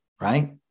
right